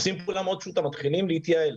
עושים פעולה מאוד פשוטה, מתחילים להתייעל,